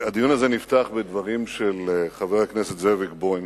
הדיון הזה נפתח בדברים של חבר הכנסת זאביק בוים,